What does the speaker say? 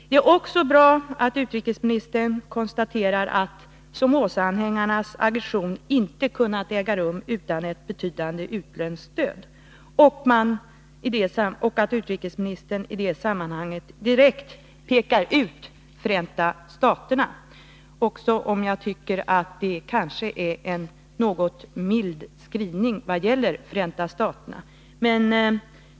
Det är också bra att utrikesministern konstaterar att Somozaanhängarnas aggression inte kunnat äga rum utan ett betydande utländskt stöd och att utrikesministern i det sammanhanget direkt pekar ut Förenta staterna, även om jag tycker att det kanske är en något mild skrivning vad gäller Förenta staterna.